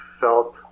felt